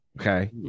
Okay